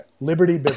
Liberty